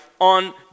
on